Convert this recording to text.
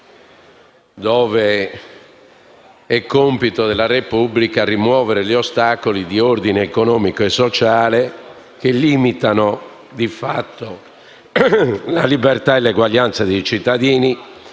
quale è compito della Repubblica rimuovere gli ostacoli di ordine economico e sociale che di fatto limitano la libertà e l'eguaglianza dei cittadini